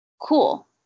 cool